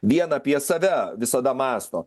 vien apie save visada mąsto